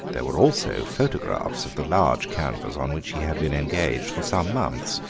there were also photographs of the large canvas on which he had been engaged for some months,